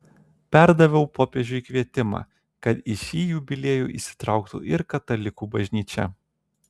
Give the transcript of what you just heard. perdaviau popiežiui kvietimą kad į šį jubiliejų įsitrauktų ir katalikų bažnyčia